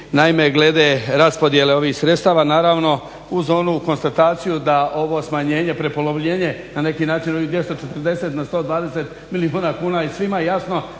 Naime, glede raspodjele ovih sredstava naravno uz onu konstataciju da ovo smanjenje, prepolovljenje na neki način ovih 240 na 120 milijuna kuna. I svima je jasno